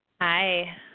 Hi